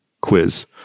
quiz